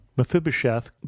Mephibosheth